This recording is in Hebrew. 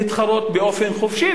להתחרות באופן חופשי.